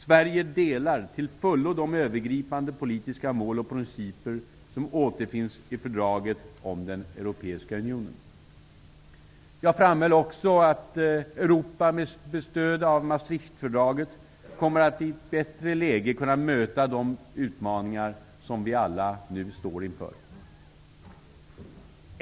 Sverige delar till fullo de övergripande politiska mål och principer som återfinns i fördraget om den europeiska unionen. Jag framhöll också att Europa med stöd av Maastrichtfördraget i ett bättre läge kommer att kunna möta de utmaningar som vi alla nu står inför.